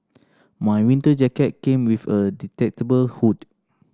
my winter jacket came with a detachable hood